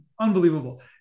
unbelievable